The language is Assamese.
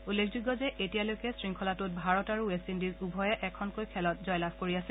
উল্লেখযোগ্য যে এতিয়ালৈকে শৃংখলাটোত ভাৰত আৰু ৱেট ইণ্ডিজ উভয়ে এখনকৈ খেলত জয়লাভ কৰি আছে